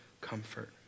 comfort